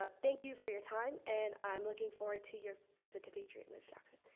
ah thank you for your time, and i'm looking forward to your visit to patriot miss jackson.